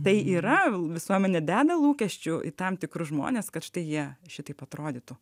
tai yra visuomenė deda lūkesčių į tam tikrus žmones kad štai jie šitaip atrodytų